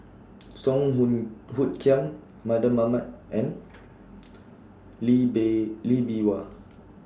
Song Hoot Hoot Kiam Mardan Mamat and Lee Bay Lee Bee Wah